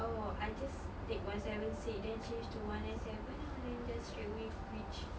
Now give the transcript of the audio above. oh I just take one seven six then change to one nine seven ah then just straightaway reach